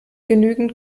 genügend